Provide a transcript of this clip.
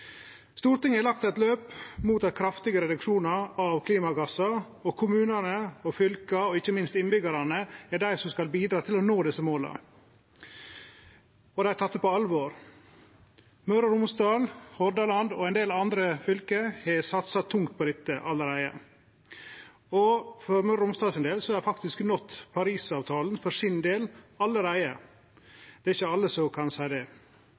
Stortinget har lagt eit løp mot kraftige reduksjonar av klimagassar, og kommunane, fylka og ikkje minst innbyggjarane er dei som skal bidra til å nå desse måla. Det har dei teke på alvor. Møre og Romsdal, Hordaland og ein del andre fylke har satsa tungt på dette allereie. Møre og Romsdal har for sin del faktisk nådd Parisavtalen allereie – det er ikkje alle som kan seie det.